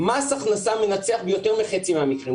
מס הכנסה מנצח ביותר מחצי מהמקרים.